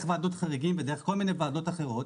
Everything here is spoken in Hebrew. ועדות חריגים ודרך כל מיני ועדות אחרות.